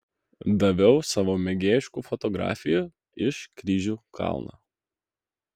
daviau savo mėgėjiškų fotografijų iš kryžių kalno